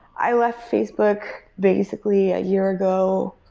i left facebook, basically, a year ago,